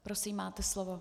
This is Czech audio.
Prosím, máte slovo.